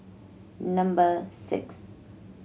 number six